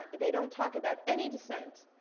they don't talk about any dissent.